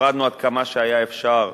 הפרדנו עד כמה שהיה אפשר,